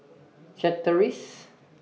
Chateraise